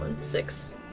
Six